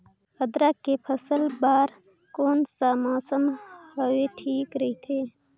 अदरक के फसल बार कोन सा मौसम हवे ठीक रथे?